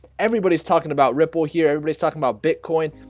everybody's talking about ripple here. everybody's talking about bitcoin.